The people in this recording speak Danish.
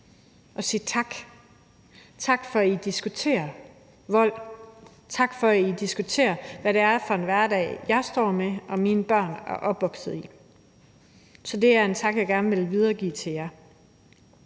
og sige tak; tak for, at I diskuterer vold; tak for, at I diskuterer, hvad det er for en hverdag, jeg står med, og som mine børn er opvokset i. Det er en tak, som jeg gerne vil videregive til jer.